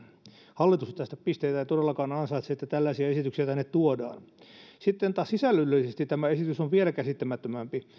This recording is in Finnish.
hallitus ei todellakaan ansaitse pisteitä tästä että tällaisia esityksiä tänne tuodaan sitten taas sisällöllisesti tämä esitys on vielä käsittämättömämpi